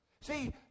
See